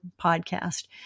Podcast